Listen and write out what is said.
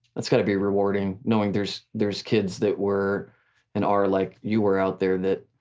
that's gotta be rewarding know um there's there's kids that were and are like you were out there, that